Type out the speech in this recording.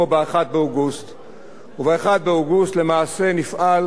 וב-1 באוגוסט למעשה נפעל על-פי תחיקת הביטחון